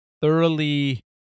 thoroughly